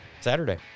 Saturday